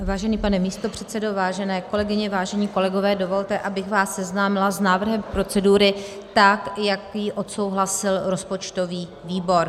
Vážený pane místopředsedo, vážené kolegyně, vážení kolegové, dovolte, abych vás seznámila s návrhem procedury, tak jak ji odsouhlasil rozpočtový výbor.